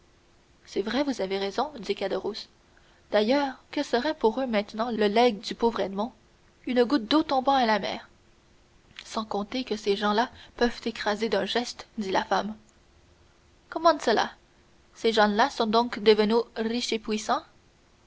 c'est vrai vous avez raison dit caderousse d'ailleurs que serait pour eux maintenant le legs du pauvre edmond une goutte d'eau tombant à mer sans compter que ces gens-là peuvent t'écraser d'un geste dit la femme comment cela ces gens-là sont donc devenus riches et puissants